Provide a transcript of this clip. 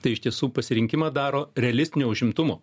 tai iš tiesų pasirinkimą daro realistinio užimtumo